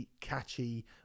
catchy